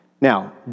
Now